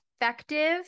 effective